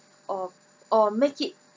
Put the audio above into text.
or or make it